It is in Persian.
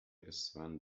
اسفند